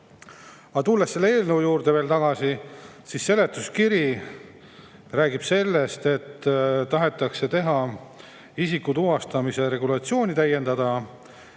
Aga tulen selle eelnõu juurde tagasi. Seletuskiri räägib sellest, et tahetakse isikutuvastamise regulatsiooni täiendada.